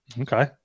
Okay